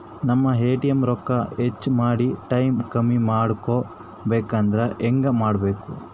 ನಮ್ಮ ಇ.ಎಂ.ಐ ರೊಕ್ಕ ಹೆಚ್ಚ ಮಾಡಿ ಟೈಮ್ ಕಮ್ಮಿ ಮಾಡಿಕೊ ಬೆಕಾಗ್ಯದ್ರಿ ಹೆಂಗ ಮಾಡಬೇಕು?